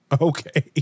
Okay